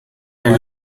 than